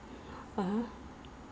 before 六点可能就放工